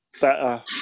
better